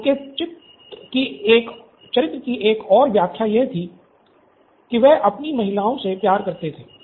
तो उनके चरित्र की एक और व्याख्या यह थी कि वह अपनी महिलाओं से प्यार करते थे